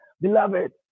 Beloved